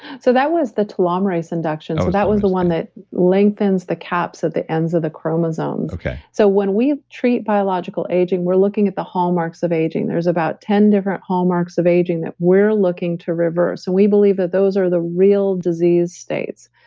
so that was the telomerase induction, so that was one that lengthens the caps at the ends of the chromosomes okay so when we treat biological aging, we're looking at the hallmarks of aging. there's about ten different hallmarks of aging that we're looking to reverse. we believe that those are the real disease states.